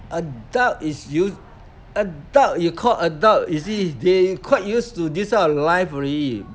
adult is used adult you called adult you see they quite used to this kind of life already